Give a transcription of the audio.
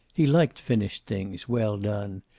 he liked finished things, well done.